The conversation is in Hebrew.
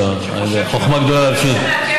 אדוני היושב-ראש,